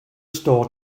store